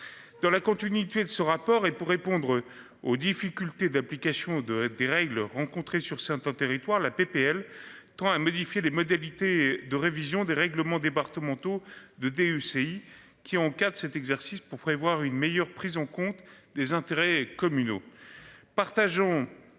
Dans la continuité de ce rapport et pour répondre aux difficultés d'application de des règles rencontrés sur certains territoires. La PPL 3 à modifier les modalités de révision des règlements départementaux de UCI qui quatre cet exercice pour prévoir une meilleure prise en compte des intérêts communaux